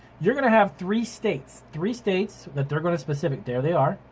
you're gonna have three states, three states that they're gonna specific, there they are.